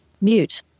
Mute